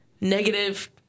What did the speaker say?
negative